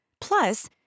Plus